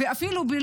ואפילו,